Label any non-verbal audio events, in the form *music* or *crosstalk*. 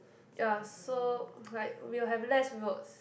ya so *noise* like we will have less roads